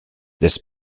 this